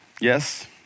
Yes